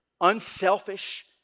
unselfish